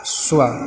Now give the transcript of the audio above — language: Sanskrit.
स्व